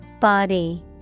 Body